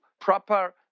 proper